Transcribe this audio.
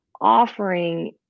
offering